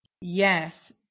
Yes